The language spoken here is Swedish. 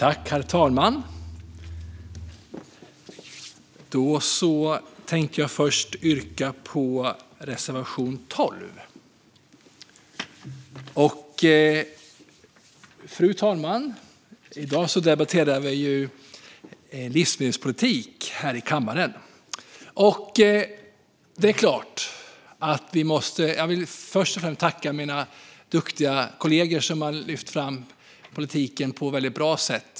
Herr talman! Jag vill först yrka bifall till reservation 12. I dag debatterar vi livsmedelspolitik här i kammaren. Jag vill börja med att tacka mina duktiga kollegor som har lyft fram den politiken på ett väldigt bra sätt.